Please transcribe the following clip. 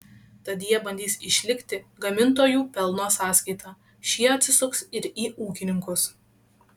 tad jie bandys išlikti gamintojų pelno sąskaita šie atsisuks ir į ūkininkus